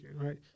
right